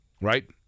right